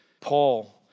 Paul